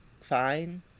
fine